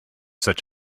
such